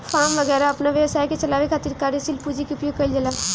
form वैगरह अपना व्यवसाय के चलावे खातिर कार्यशील पूंजी के उपयोग कईल जाला